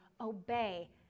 Obey